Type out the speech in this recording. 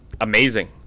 amazing